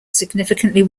significantly